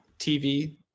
tv